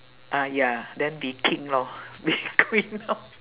ah ya then be king lor be queen lor